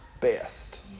best